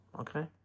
okay